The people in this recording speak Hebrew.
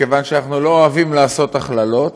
כיוון שאנחנו לא אוהבים לעשות הכללות,